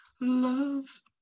loves